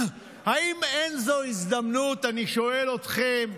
האם אין זו הזדמנות, אני שואל אתכם,